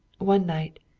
one night,